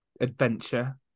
adventure